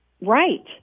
right